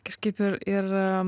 kažkaip ir ir